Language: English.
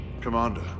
Commander